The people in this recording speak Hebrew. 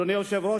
אדוני היושב-ראש,